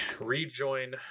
rejoin